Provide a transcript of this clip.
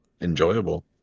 enjoyable